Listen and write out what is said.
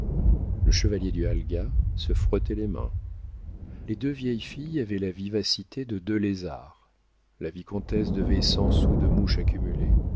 le chevalier du halga se frottait les mains les deux vieilles filles avaient la vivacité de deux lézards la vicomtesse devait cent sous de mouches accumulées